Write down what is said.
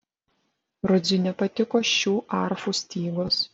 rudziui nepatiko šių arfų stygos